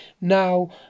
Now